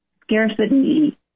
scarcity